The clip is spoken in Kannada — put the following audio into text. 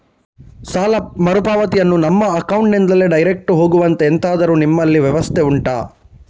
ಸಾಲ ಮರುಪಾವತಿಯನ್ನು ನಮ್ಮ ಅಕೌಂಟ್ ನಿಂದಲೇ ಡೈರೆಕ್ಟ್ ಹೋಗುವಂತೆ ಎಂತಾದರು ನಿಮ್ಮಲ್ಲಿ ವ್ಯವಸ್ಥೆ ಉಂಟಾ